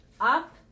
up